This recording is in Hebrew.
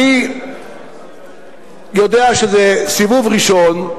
אני יודע שזה סיבוב ראשון.